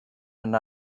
and